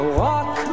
walk